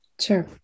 Sure